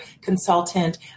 consultant